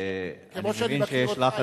כמו שאני מכיר אותך,